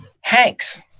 Hanks